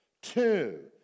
Two